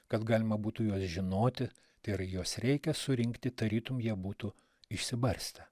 kad galima būtų juos žinoti tai yra juos reikia surinkti tarytum jie būtų išsibarstę